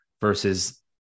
versus